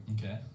Okay